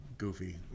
goofy